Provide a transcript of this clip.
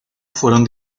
fueron